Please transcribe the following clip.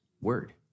word